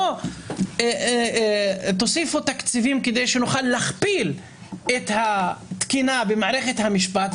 בואו תוסיפו תקציבים כדי שנוכל להכפיל את התקינה במערכת המשפט,